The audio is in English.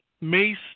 Mace